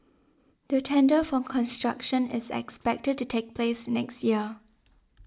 the tender for construction is expected to take place next year